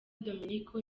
dominiko